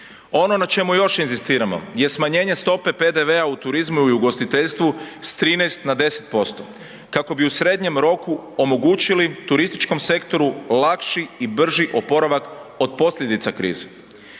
Ono na čemu još inzistiramo je smanjenje stope PDV-a u turizmu i u ugostiteljstvu s 13 na 10% kako bi u srednjem roku omogućili turističkom sektoru lakši i brži oporavak od posljedica krize.